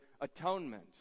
atonement